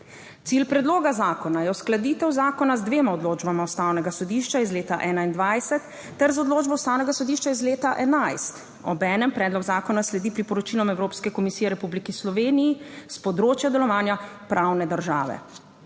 Cilj predloga zakona je uskladitev zakona z dvema odločbama Ustavnega sodišča iz leta 2021 ter z odločbo Ustavnega sodišča iz leta 2011, obenem predlog zakona sledi priporočilom Evropske komisije v Republiki Sloveniji s področja delovanja 4.